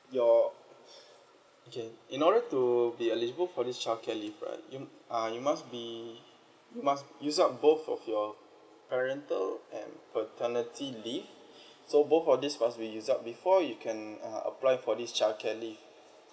your okay in order to be eligible for this childcare leave right you uh you must be you must used up both of your parental and paternity leave so both of these must be used up before you can uh apply for this childcare leave